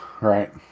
right